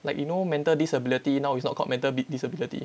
like you know mental disability now is not called mental disability